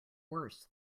worse